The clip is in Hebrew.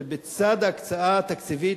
שבצד ההקצאה התקציבית,